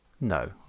No